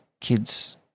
kids